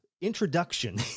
introduction